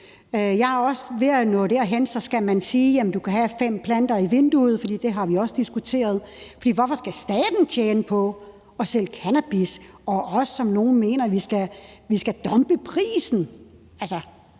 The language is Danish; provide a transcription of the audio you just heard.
Jeg er også ved at nå derhen, hvor man kan sige: Jamen du kan have fem planter i vinduet. Det har vi også diskuteret. For hvorfor skal staten tjene på at sælge cannabis? Der er også nogle, som mener, at vi skal dumpe prisen.